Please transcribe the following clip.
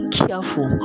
careful